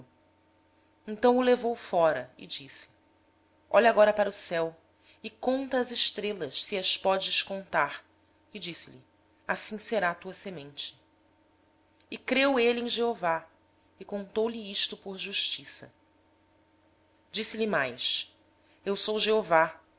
então o levou para fora e disse olha agora para o céu e conta as estrelas se as podes contar e acrescentou lhe assim será a tua descendência e creu abrão no senhor e o senhor imputou lhe isto como justiça disse-lhe mais eu sou o